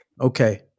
Okay